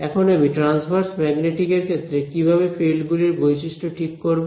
এখন আমি transverse magnetic এর ক্ষেত্রে কিভাবে ফিল্ড গুলির বৈশিষ্ট্য ঠিক করব